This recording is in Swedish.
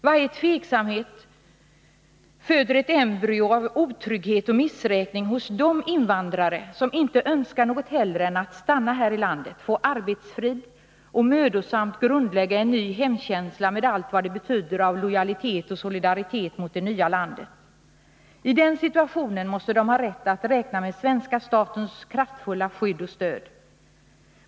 Varje tveksamhet ger upphov till ett embryo av otrygghet och missräkning hos de invandrare som inte önskar något hellre än att stanna här i landet, få arbetsfrid och mödosamt grundlägga en ny hemkänsla med allt vad det betyder av lojalitet och solidaritet mot det nya landet. I den situationen måste de ha rätt att räkna med svenska statens kraftfulla skydd och stöd.